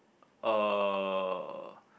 uh